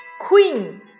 Queen